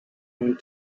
not